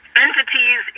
Entities